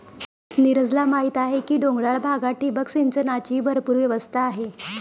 नीरजला माहीत आहे की डोंगराळ भागात ठिबक सिंचनाची भरपूर व्यवस्था आहे